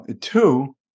Two